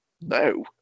No